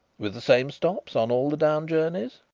with the same stops on all the down journeys?